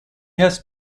has